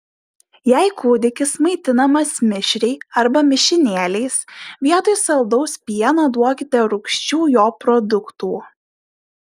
jei kūdikis maitinamas mišriai arba mišinėliais vietoj saldaus pieno duokite rūgščių jo produktų